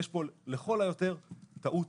יש פה לכל היותר טעות